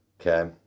Okay